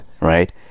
right